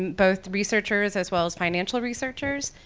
both researchers as well as financial researchers?